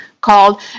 called